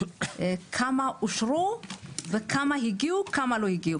כמה אושרו וכמה הגיעו וכמה לא הגיעו?